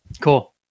cool